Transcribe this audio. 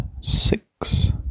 six